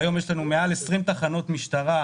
והיום יש לנו מעל 20 תחנות משטרה,